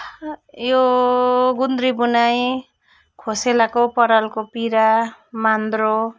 यो गुन्द्री बुनाइ खोसेलाको परालको पिरा मान्द्रो